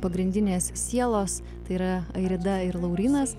pagrindinės sielos tai yra airida ir laurynas